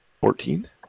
fourteen